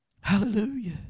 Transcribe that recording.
Hallelujah